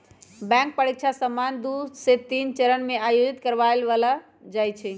bank परीकछा सामान्य दू से तीन चरण में आयोजित करबायल जाइ छइ